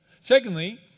Secondly